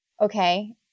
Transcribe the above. okay